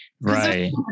Right